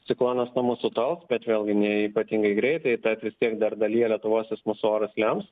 ciklonas nuo mūsų tols bet vėlgi ne ypatingai greitai tad vis tiek dar dalyje lietuvos jis mūsų orus lems